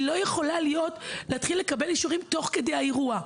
אי אפשר להתחיל לקבל אישורים תוך כדי האירוע.